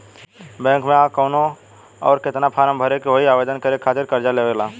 Bank मे आ के कौन और केतना फारम भरे के होयी आवेदन करे के खातिर कर्जा लेवे ला?